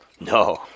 No